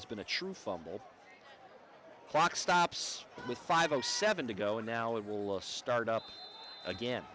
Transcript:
has been a true fumble clock stops with five o seven to go and now it will start up again